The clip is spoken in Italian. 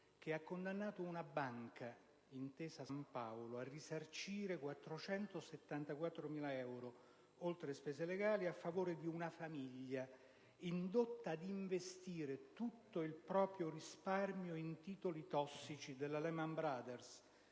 che ha condannato una banca, Intesa Sanpaolo, a risarcire 474.000 euro, oltre le spese legali, a una famiglia indotta ad investire tutto il proprio risparmio in titoli tossici della Lehman Brothers